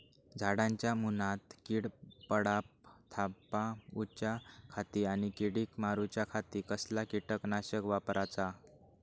झाडांच्या मूनात कीड पडाप थामाउच्या खाती आणि किडीक मारूच्याखाती कसला किटकनाशक वापराचा?